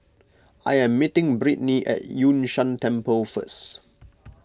I am meeting Brittnie at Yun Shan Temple first